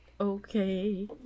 Okay